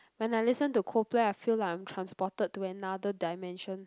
when I listen to Coldplay I feel like I'm transported to another dimension